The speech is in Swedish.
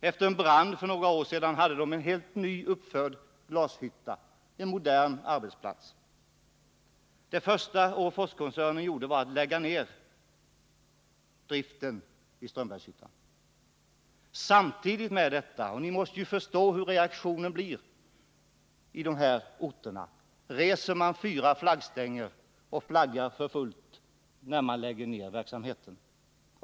Efter en brand för några år sedan hade glasbruket en helt nyuppförd glashytta, en modern arbetsplats. Det första Orreforskoncernen gjorde var att lägga ned driften vid Strömbergshyttan. Kammarens ledamöter kanske förstår hur reaktionen blir i dessa orter, när man samtidigt som man reste fyra flaggstänger och flaggade för fullt lade ner verksamheten.